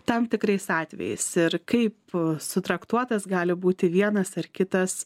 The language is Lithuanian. tam tikrais atvejais ir kaip sutraktuotas gali būti vienas ar kitas